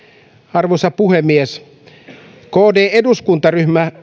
arvoisa puhemies kd eduskuntaryhmä